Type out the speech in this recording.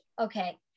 Okay